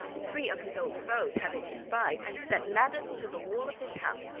three of his old foes have it espied, and set ladders to the walls of his house,